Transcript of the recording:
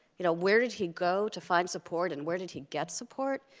you know, where did he go to find support, and where did he get support?